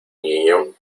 niño